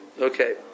Okay